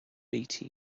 beatty